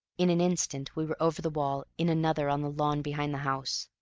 in an instant we were over the wall, in another on the lawn behind the house.